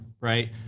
right